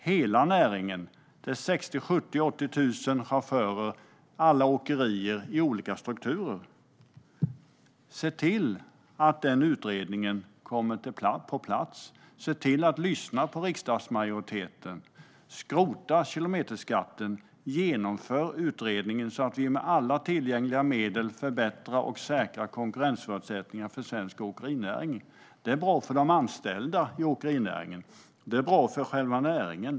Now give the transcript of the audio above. Det gäller 60 000-80 000 chaufförer och alla åkerier i olika strukturer. Se till att utredningen kommer på plats! Se till att lyssna på riksdagsmajoriteten. Skrota kilometerskatten! Genomför utredningen så att vi med alla tillgängliga medel förbättrar och säkrar konkurrensförutsättningar för svensk åkerinäring. Det är bra för de anställda i åkerinäringen, och det är bra för själva näringen.